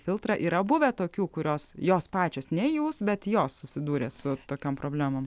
filtrą yra buvę tokių kurios jos pačios ne jūs bet jos susidūrė su tokiom problemom